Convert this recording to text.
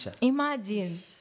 imagine